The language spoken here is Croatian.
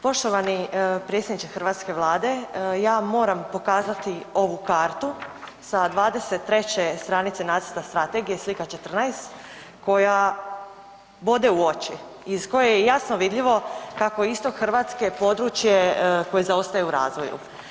Poštovani predsjedniče hrvatske Vlade, ja vam moram pokazati ovu kartu sa 23 stranice nacionalne strategije slika 14 koja bode u oči, iz koje je jasno vidljivo kako istok Hrvatske je područje koje zaostaje u razvoju.